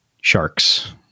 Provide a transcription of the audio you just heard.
sharks